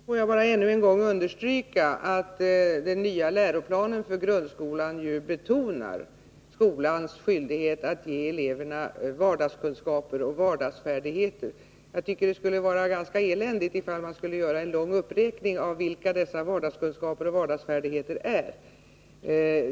Herr talman! Får jag bara ännu en gång understryka att den nya läroplanen för grundskolan betonar skolans skyldighet att ge eleverna vardagskunskaper och vardagsfärdigheter. Jag tycker att det skulle vara ganska eländigt om man skulle behöva göra en lång uppräkning av vilka dessa vardagskunskaper och vardagsfärdigheter är.